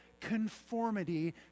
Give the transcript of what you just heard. conformity